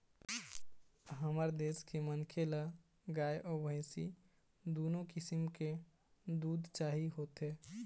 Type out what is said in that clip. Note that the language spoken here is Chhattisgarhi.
हमर देश के मनखे ल गाय अउ भइसी दुनो किसम के दूद चाही होथे